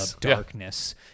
darkness